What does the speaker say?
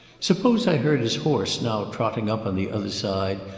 suppose i heard his horse now trotting up on the other side,